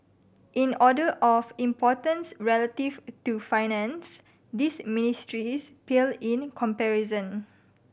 in order of importance relative to Finance these ministries pale in comparison